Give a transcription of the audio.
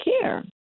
care